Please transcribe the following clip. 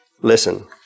listen